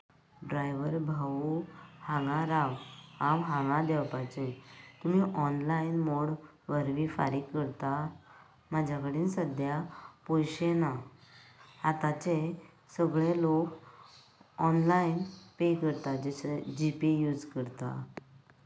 driver भावू हांगां राव हांव हांगा देवपाचें तुमी ऑनलायन मोड वरवीं फारीक करता म्हाज्या कडेन सद्द्या पयशे ना आतांचे सगळें लोक ऑनलायन पे करतात जशें जि पे यूज करतात